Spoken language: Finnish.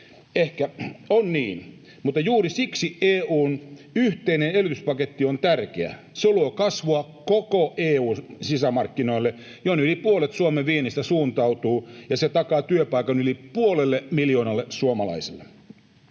Ehkä on niin, mutta juuri siksi EU:n yhteinen elvytyspaketti on tärkeä. Se luo kasvua koko EU:n sisämarkkinoille, jonne yli puolet Suomen viennistä suuntautuu, ja se takaa työpaikan yli puolelle miljoonalle suomalaiselle.